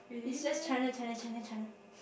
is just China China China China